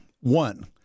One